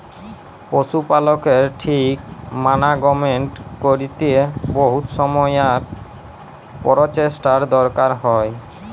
পশু পালকের ঠিক মানাগমেন্ট ক্যরতে বহুত সময় আর পরচেষ্টার দরকার হ্যয়